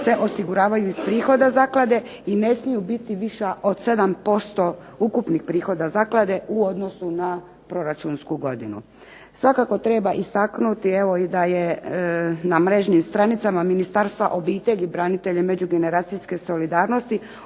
se osiguravaju iz prihoda zaklade i ne smiju biti viša od 7% ukupnih prihoda zaklade u odnosu na proračunsku godinu. Svakako treba istaknuti evo i da je na mrežnim stranicama Ministarstva obitelji, branitelja i međugeneracijske solidarnosti